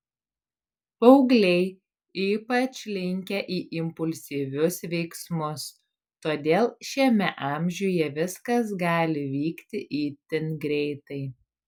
paaugliai ypač linkę į impulsyvius veiksmus todėl šiame amžiuje viskas gali vykti itin greitai